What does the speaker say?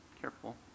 Careful